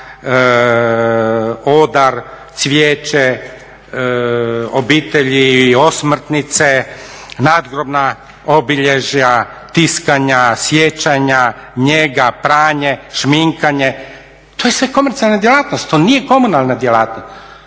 odar, cvijeće, obitelji i osmrtnice, nadgrobna obilježja, tiskanja, sjećanja, njega, pranje, šminkanje to je sve komercijalna djelatnost to nije komunalna djelatnost